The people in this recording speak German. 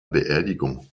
beerdigung